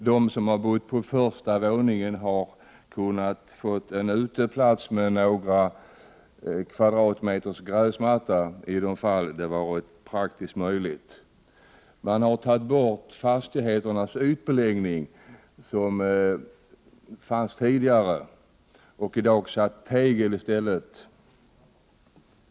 De som bor på första våningen har kunnat få en uteplats med några kvadratmeter gräsmatta i de fall det varit praktiskt möjligt. Man har tagit bort den gamla ytbeläggningen, som definitivt var miljöfarlig, och satt tegel i stället.